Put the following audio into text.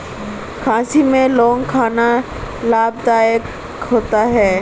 खांसी में लौंग खाना लाभदायक होता है